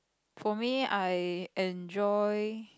for me I enjoy